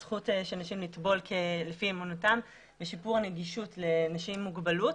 הזכות של נשים לטבול לפי אמונתן ושיפור הנגישות לנשים עם מוגבלות.